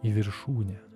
į viršūnę